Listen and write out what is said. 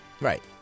Right